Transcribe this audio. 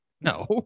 no